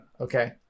Okay